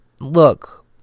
Look